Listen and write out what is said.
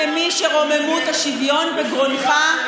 כמי שרוממות השוויון בגרונך,